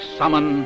summon